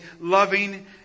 loving